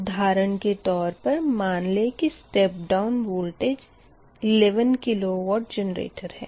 उधारण के तौर पर मान ले की step down voltage 11 kilowatt generator है